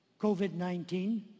COVID-19